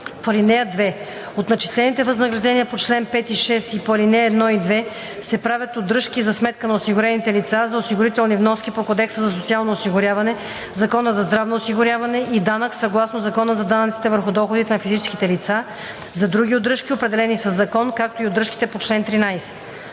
(2) От начислените възнаграждения по чл. 5 и 6 и по ал. 1 и 2 се правят удръжки за сметка на осигурените лица за осигурителни вноски по Кодекса за социално осигуряване, Закона за здравно осигуряване, за данък съгласно Закона за данъците върху доходите на физическите лица, за други удръжки, определени със закон, както и удръжките по чл. 13.